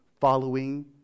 Following